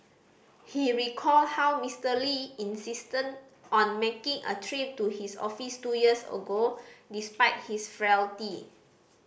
he recalled how Mister Lee insisted on making a trip to his office two years ago despite his frailty